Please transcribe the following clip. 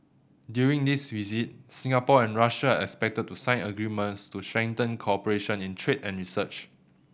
during this visit Singapore and Russia are expected to sign agreements to strengthen cooperation in trade and research